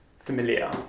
familiar